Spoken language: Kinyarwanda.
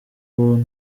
bwo